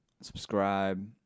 subscribe